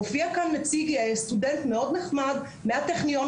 הופיע כאן סטודנט מאוד נחמד מהטכניון.